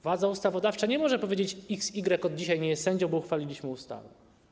Władza ustawodawcza nie może powiedzieć: X, Y od dzisiaj nie jest sędzią, bo uchwaliliśmy ustawę.